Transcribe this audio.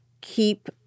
keep